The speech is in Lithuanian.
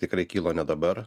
tikrai kilo ne dabar